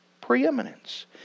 preeminence